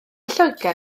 lloegr